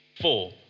four